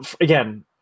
again